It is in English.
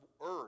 earth